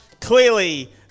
clearly